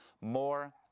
more